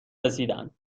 رسیدند